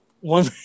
One